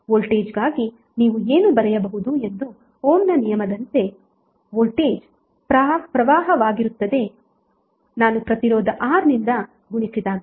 ವೋಲ್ಟೇಜ್ಗಾಗಿ ನೀವು ಏನು ಬರೆಯಬಹುದು ಎಂದು ಓಮ್ನ ನಿಯಮದಂತೆ ವೋಲ್ಟೇಜ್ ಪ್ರವಾಹವಾಗಿರುತ್ತದೆ ನಾನು ಪ್ರತಿರೋಧ R ನಿಂದ ಗುಣಿಸಿದಾಗ